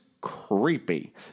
creepy